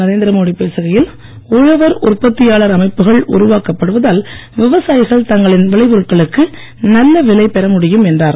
நரேந்திர மோடி பேசுகையில் உழவர் உற்பத்தியாளர் அமைப்புகள் உருவாக்கப் படுவதால் விவசாயிகள் தங்களின் விளைபொருட்களுக்கு நல்ல விலை பெற முடியும் என்றார்